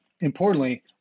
Importantly